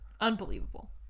Unbelievable